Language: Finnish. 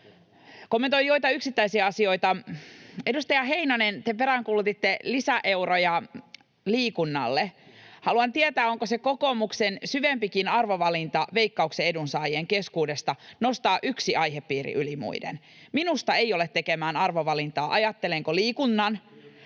Kommentoin joitain yksittäisiä asioita. Edustaja Heinonen, te peräänkuulutitte lisäeuroja liikunnalle. Haluan tietää, onko kokoomuksen syvempikin arvovalinta nostaa Veikkauksen edunsaajien keskuudesta yksi aihepiiri yli muiden. Minusta ei ole tekemään arvovalintaa, ajattelenko liikunnan